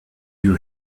you